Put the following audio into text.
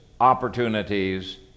opportunities